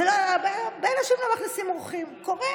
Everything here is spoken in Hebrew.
הרבה אנשים לא מכניסים אורחים, קורה.